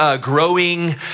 growing